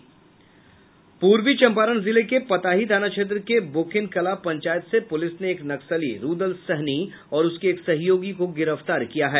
पूर्वी चंपारण जिले के पताही थाना क्षेत्र के बोकनेकला पंचायत से पुलिस ने एक नक्सली रूदल सहनी और उसके एक सहयोगी को गिरफ्तार किया है